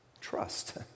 trust